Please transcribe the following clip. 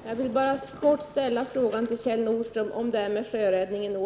Herr talman! Jag vill bara helt kort på nytt fråga Kjell Nordström om sjöräddningen: